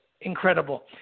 incredible